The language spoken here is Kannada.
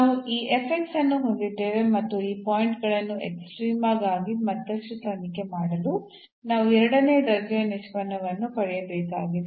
ನಾವು ಈ ಅನ್ನು ಹೊಂದಿದ್ದೇವೆ ಮತ್ತು ಈ ಪಾಯಿಂಟ್ ಗಳನ್ನು ಎಕ್ಸ್ಟ್ರೀಮ ಗಾಗಿ ಮತ್ತಷ್ಟು ತನಿಖೆ ಮಾಡಲು ನಾವು ಎರಡನೇ ದರ್ಜೆಯ ನಿಷ್ಪನ್ನವನ್ನು ಪಡೆಯಬೇಕಾಗಿದೆ